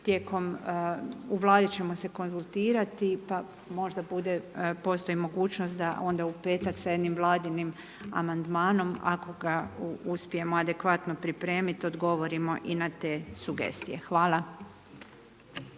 prvokup, u Vladi ćemo se konzultirati pa možda postoji mogućnost da onda u petak sa jednim Vladinim amandmanom ako ga uspijemo adekvatno pripremit, odgovorimo i na te sugestije. Hvala.